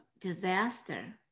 disaster